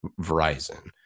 Verizon